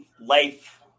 life